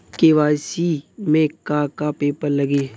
KYC में का का पेपर लगी?